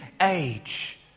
age